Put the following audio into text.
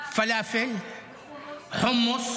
פלאפל, חומוס,